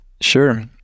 sure